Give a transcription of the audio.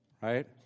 right